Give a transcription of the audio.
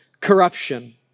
corruption